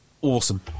awesome